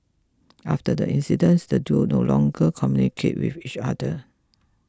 after the incident the duo no longer communicated with each other